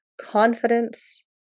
confidence